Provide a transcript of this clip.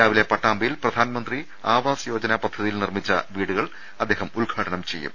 രാവിലെ പട്ടാമ്പിയിൽ പ്രധാന മന്ത്രി ആവാസ് യോജന പദ്ധതിയിൽ നിർമിച്ച വീടുകൾ അദ്ദേഹം ഉദ്ഘാട നം ചെയ്യും